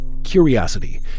curiosity